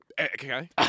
Okay